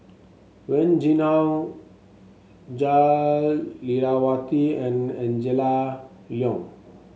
Wen Jinhua Jah Lelawati and Angela Liong